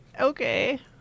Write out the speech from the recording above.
Okay